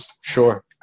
sure